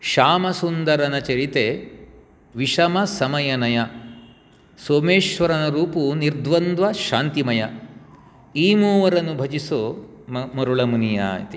श्यामसुन्दरन चरिते विषमसमयनय सोमेश्वरन रूपु निर्द्वन्द्वशान्तिमय ईमूवरन्नु भजिसो मरुलमुनिया इति